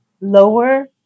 lower